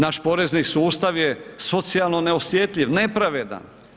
Naš porezni sustav je socijalno neosjetljiv, nepravedan.